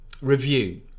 review